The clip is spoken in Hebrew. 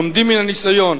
לומדים מן הניסיון.